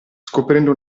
scoprendo